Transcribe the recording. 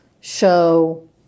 show